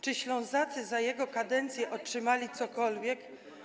Czy Ślązacy za jego kadencji otrzymali cokolwiek?